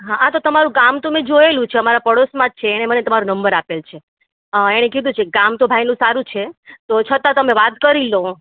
હા તો તમારું કામ તો મેં જોયેલું છે અમારા પાડોશમાં જ છે એણે મને તમારો નંબર આપેલો છે અ એણે કીધું છે કે કામ તો ભાઈનું સારું છે તો છતાં તમે વાત કરી લો